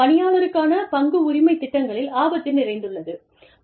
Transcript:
பணியாளருக்கான பங்கு உரிமை திட்டங்களில் ஆபத்து நிறைந்துள்ளது